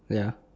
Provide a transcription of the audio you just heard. yeah